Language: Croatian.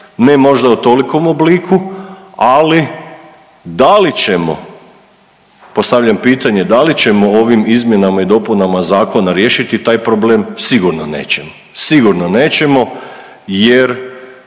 ne možda u tolikom obliku, ali da li ćemo, postavljam pitanje, da li ćemo ovim izmjenama i dopunama zakona riješiti taj problem? Sigurno nećemo, sigurno nećemo jer